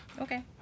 Okay